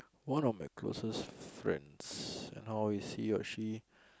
one of my closest friends how is he or she